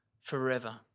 forever